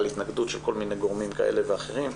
התנגדות שלכל מיני גורמים כאלה ואחרים.